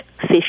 fish